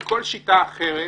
כל שיטה אחרת,